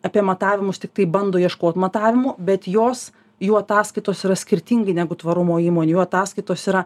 apie matavimus tiktai bando ieškoti matavimų bet jos jų ataskaitos yra skirtingai negu tvarumo įmonių jų ataskaitos yra